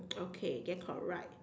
okay then correct